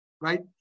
Right